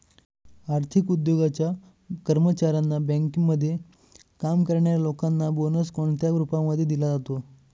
आर्थिक उद्योगाच्या कर्मचाऱ्यांना, बँकेमध्ये काम करणाऱ्या लोकांना बोनस कोणत्या रूपामध्ये दिला जातो?